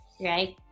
right